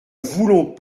voulons